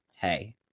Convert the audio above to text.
hey